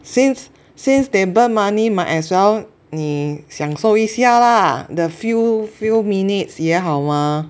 since since they burn money might as well 你享受一下啦 the few few minutes 也好嘛